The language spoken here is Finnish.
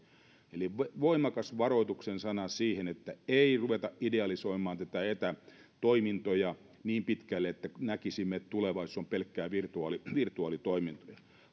eli voimakas varoituksen sana siitä että ei ruveta idealisoimaan näitä etätoimintoja niin pitkälle että näkisimme että tulevaisuus on pelkkiä virtuaalitoimintoja